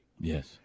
Yes